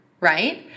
right